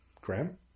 Graham